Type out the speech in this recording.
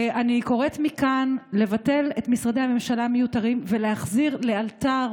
אני קוראת מכאן לבטל את משרדי הממשלה המיותרים ולהחזיר לאלתר